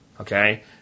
Okay